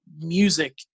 music